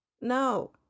no